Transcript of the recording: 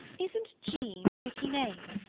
isn't jean a pretty name?